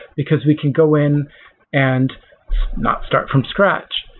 because we can go in and not start from scratch.